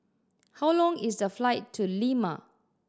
how long is the flight to Lima